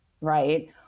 Right